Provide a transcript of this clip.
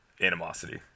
animosity